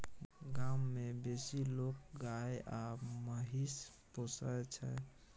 गाम मे बेसी लोक गाय आ महिष पोसय छै